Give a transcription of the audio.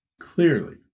clearly